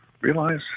realize